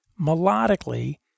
melodically